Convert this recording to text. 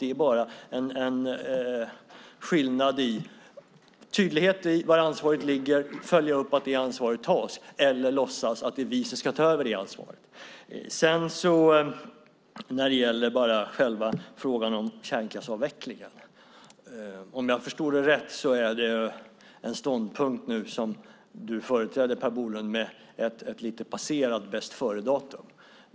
Det är bara en skillnad dels mellan tydligheten i var ansvaret ligger och att följa upp att det ansvaret tas, dels att låtsas att vi ska ta över det ansvaret. När det sedan gäller frågan om kärnkraftsavvecklingen är, om jag förstått dig rätt, den ståndpunkt som du, Per Bolund, nu företräder en ståndpunkt med ett något passerat bästföredatum.